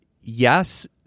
yes